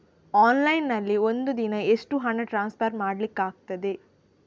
Online ನಲ್ಲಿ ಒಂದು ದಿನ ಎಷ್ಟು ಹಣ ಟ್ರಾನ್ಸ್ಫರ್ ಮಾಡ್ಲಿಕ್ಕಾಗ್ತದೆ?